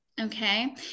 Okay